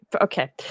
Okay